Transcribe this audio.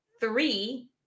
Three